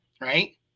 right